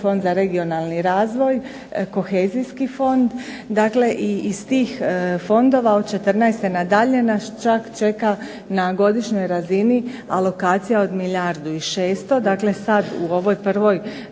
fond za regionalni razvoj, Kohezijski fond. Dakle, iz tih fondova od 2014. na dalje nas čak čeka na godišnjoj razini alokacija od milijardu i 600, dakle sada u ovoj prvoj